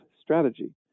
strategy